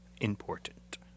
important